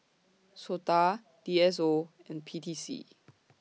Sota D S O and P T C